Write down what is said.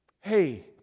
hey